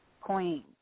Queen